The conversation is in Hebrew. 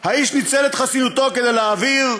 האיש ניצל את חסינותו כדי להעביר,